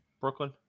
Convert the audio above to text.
Brooklyn